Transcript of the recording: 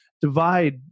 divide